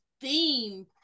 theme